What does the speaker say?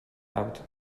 oud